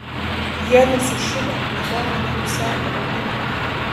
jiedu su šiba miegojo nenusiavę aulinių